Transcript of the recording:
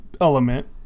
element